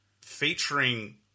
featuring